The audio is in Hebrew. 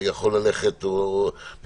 אם